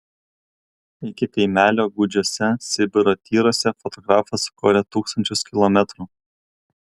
iki kaimelio gūdžiuose sibiro tyruose fotografas sukorė tūkstančius kilometrų